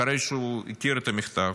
אחרי שהוא הכיר את המכתב,